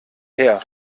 herr